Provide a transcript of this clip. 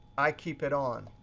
i keep it on.